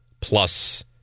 plus